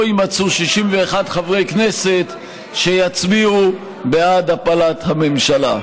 יימצאו 61 חברי כנסת שיצביעו בעד הפלת הממשלה.